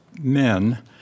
men